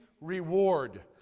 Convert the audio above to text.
reward